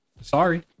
sorry